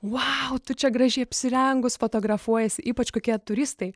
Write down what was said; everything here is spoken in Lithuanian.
vau tu čia gražiai apsirengus fotografuojasi ypač kokie turistai